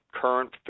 current